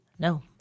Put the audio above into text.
No